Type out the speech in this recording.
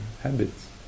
habits